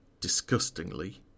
disgustingly